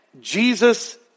Jesus